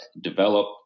Develop